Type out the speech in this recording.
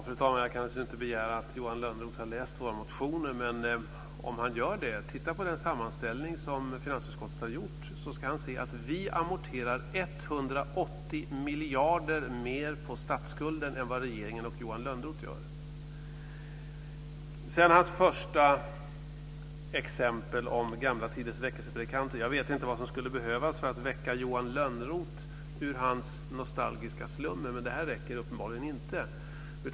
Fru talman! Jag kan naturligtvis inte begära att Johan Lönnroth har läst våra motioner. Men om han gör det kan han sedan titta på den sammanställning som finansutskottet har gjort. Då kan han se att vi med vårt förslag amorterar 180 miljarder mer på statsskulden än vad regeringen och Johan Lönnroth gör. Sedan till hans första exempel om gamla tiders väckelsepredikanter. Jag vet inte vad som skulle behövas för att väcka Johan Lönnroth ur hans nostalgiska slummer, men detta räcker uppenbarligen inte.